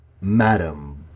Madam